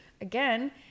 Again